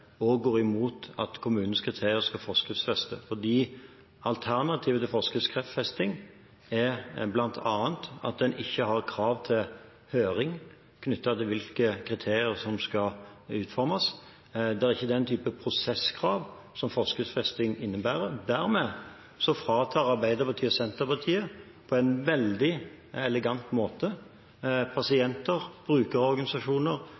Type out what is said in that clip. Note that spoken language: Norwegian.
også går imot at kommunens kriterier skal forskriftsfestes. Alternativet til forskriftsfesting er bl.a. at en ikke har krav til høring knyttet til hvilke kriterier som skal utformes. Det er ikke den typen prosesskrav som forskriftsfesting innebærer. Dermed fratar Arbeiderpartiet og Senterpartiet på en veldig elegant måte